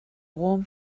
warm